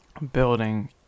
Building